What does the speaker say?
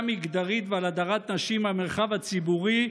מגדרית ועל הדרת נשים מהמרחב הציבורי,